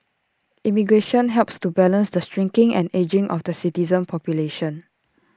immigration helps to balance the shrinking and ageing of the citizen population